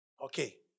Okay